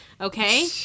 Okay